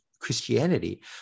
Christianity